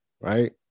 right